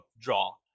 draw